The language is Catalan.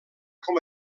com